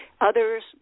Others